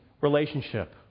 relationship